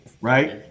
Right